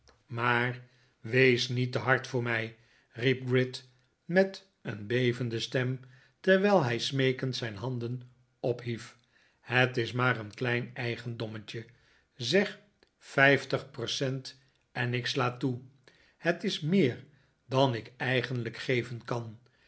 maar wees niet te hard voor mij riep gride met een bevende stem terwijl hij smeekend zijn handen ophief het is maar een klein eigendommetje zeg vijftig percent en ik sla toe het is meer dan ik eigenlijk geven kan